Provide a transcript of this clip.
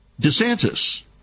DeSantis